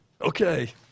okay